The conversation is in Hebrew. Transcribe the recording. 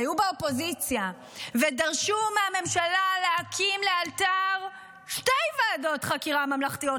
היו באופוזיציה ודרשו מהממשלה להקים לאלתר שתי ועדות חקירה ממלכתיות,